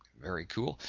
very cool.